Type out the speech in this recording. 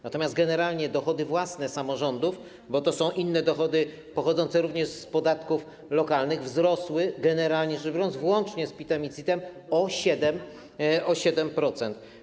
Natomiast generalnie dochody własne samorządów, bo to są inne dochody pochodzące również z podatków lokalnych, wzrosły, generalnie rzecz biorąc, włącznie z PIT-em i CIT-em, o 7%.